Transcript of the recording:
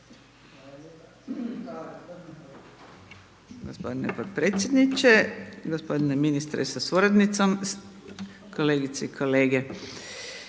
Hvala.